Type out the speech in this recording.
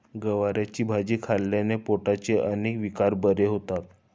गवारीची भाजी खाल्ल्याने पोटाचे अनेक विकार बरे होतात